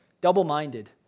Double-minded